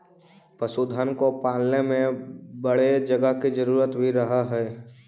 पशुधन को पालने में बड़े जगह की जरूरत भी रहअ हई